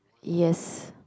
yes